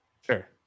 Sure